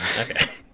Okay